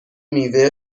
میوه